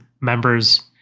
members